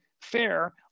fair